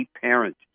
Parent